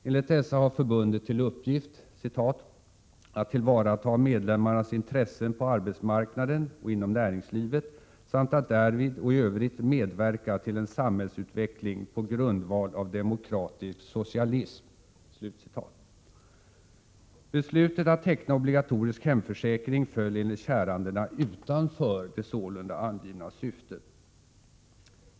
Enligt dessa har förbundet till uppgift ”att tillvarata medlemmarnas intressen på arbetsmarknaden och inom näringslivet samt att därvid och i övrigt medverka till en samhällsutveckling på grundval av demokratisk socialism”. Beslutet att teckna obligatorisk hemförsäkring föll enligt kärandena utanför det sålunda angivna syftet.